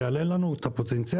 כי זה יעלה לנו את הפוטנציאל,